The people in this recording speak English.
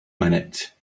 minute